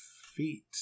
feet